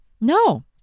No